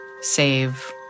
save